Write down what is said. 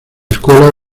escuela